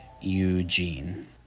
Eugene